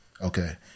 Okay